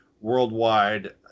worldwide